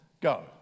go